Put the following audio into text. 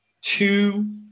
two